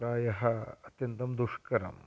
प्रायः अत्यन्तं दुष्करम्